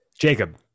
Jacob